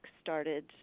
started